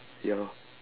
ya lor